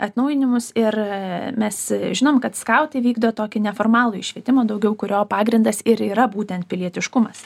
atnaujinimus ir mes žinom kad skautai vykdo tokį neformalųjį švietimą daugiau kurio pagrindas ir yra būtent pilietiškumas